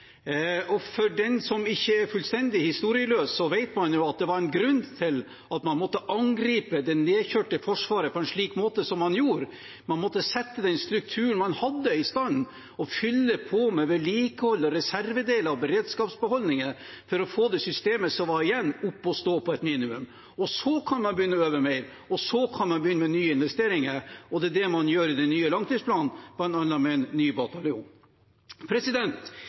den som ikke er fullstendig historieløs, vet at det var en grunn til at man måtte angripe det nedkjørte forsvaret på en slik måte som man gjorde – man måtte sette den strukturen man hadde, i stand og fylle på med vedlikehold og reservedeler og beredskapsbeholdninger for å få det systemet som var igjen, opp å stå på et minimum. Så kan man begynne å øve mer, og så kan man begynne med nye investeringer. Det er det man gjør i den nye langtidsplanen, bl.a. med en ny bataljon.